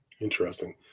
Interesting